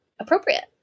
Appropriate